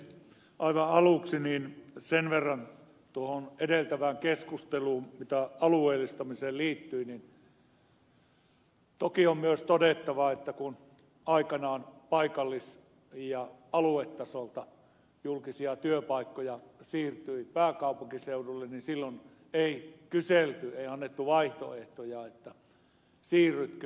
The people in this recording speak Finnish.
aivan aluksi sen verran tuohon edeltävään keskusteluun mitä alueellistamiseen liittyy että toki on myös todettava että kun aikanaan paikallis ja aluetasolta julkisia työpaikkoja siirtyi pääkaupunkiseudulle niin silloin ei kyselty ei annettu vaihtoehtoja että siirrytkö niihin työpaikkoihin